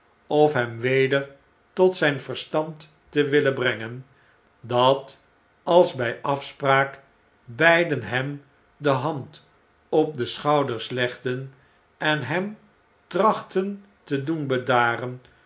of hem weder tot zijn verstand te willen brengen dat als bij afspraak beiden hem de hand op de schouders legden en hem trachtten te doen